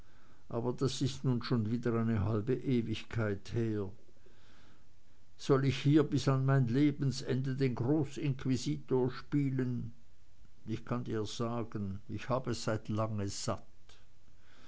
aber das ist nun schon wieder eine halbe ewigkeit her soll ich hier bis an mein lebensende den großinquisitor spielen ich kann dir sagen ich hab es seit langem satt